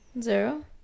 zero